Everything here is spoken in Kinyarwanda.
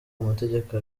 amategeko